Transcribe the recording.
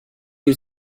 you